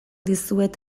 dizuet